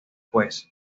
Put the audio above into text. pues